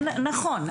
נכון.